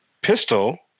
pistol